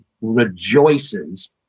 rejoices